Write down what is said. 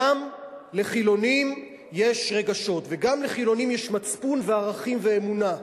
גם לחילונים יש רגשות וגם לחילונים יש מצפון וערכים ואמונה.